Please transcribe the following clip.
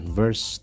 verse